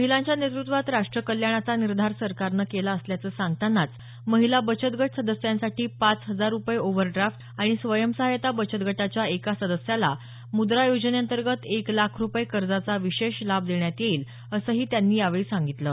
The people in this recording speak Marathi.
महिलांच्या नेतृत्वात राष्ट्र कल्याणाचा निर्धार सरकारनं केला असल्याचं सांगतानाच महिला बचत गट सदस्यांसाठी पाच हजार रुपये ओव्हरड्राफ्ट आणि स्वयंसहायता बचत गटाच्या एका सदस्याला मुद्रा योजनेअंतर्गत एक लाख रुपये कर्जाचा विशेष लाभ देण्यात येईल असंही त्यांनी यावेळी सांगितलं